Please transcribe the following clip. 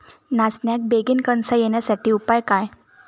नाचण्याक बेगीन कणसा येण्यासाठी उपाय काय?